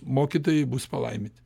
mokytojai bus palaimyti